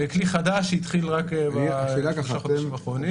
זה כלי חדש שהתחיל רק בשלושה חודשים אחרונים.